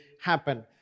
happen